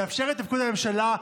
לאפשר את תפקוד הממשלה,